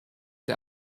der